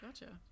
gotcha